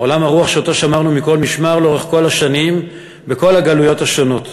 עולם הרוח שאותו שמרנו מכל משמר לאורך כל השנים בכל הגלויות השונות.